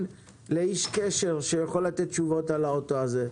לאיש קשר שיכול לתת תשובות על הרכב הזה.